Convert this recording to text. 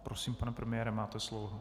Prosím, pane premiére, máte slovo.